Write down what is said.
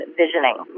visioning